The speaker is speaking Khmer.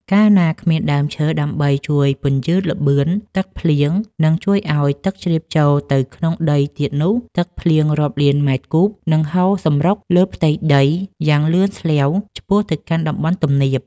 កាលណាគ្មានដើមឈើដើម្បីជួយពន្យឺតល្បឿនទឹកភ្លៀង និងជួយឱ្យទឹកជ្រាបចូលទៅក្នុងដីទៀតនោះ ទឹកភ្លៀងរាប់លានម៉ែត្រគូបនឹងហូរសម្រុកលើផ្ទៃដីយ៉ាងលឿនស្លេវឆ្ពោះទៅកាន់តំបន់ទំនាប។